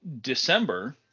December